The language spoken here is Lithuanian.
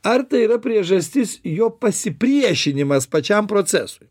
ar tai yra priežastis jo pasipriešinimas pačiam procesui